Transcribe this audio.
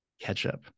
Ketchup